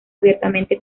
abiertamente